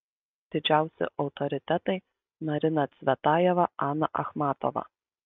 didžiausi autoritetai marina cvetajeva ana achmatova